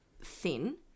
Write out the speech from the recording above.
thin